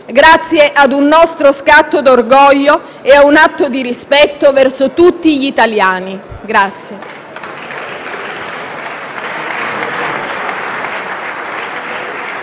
grazie a un nostro scatto d'orgoglio e a un atto di rispetto verso tutti gli italiani.